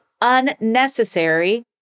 unnecessary